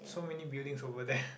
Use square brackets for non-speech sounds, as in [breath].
so many buildings over there [breath]